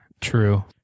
True